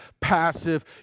passive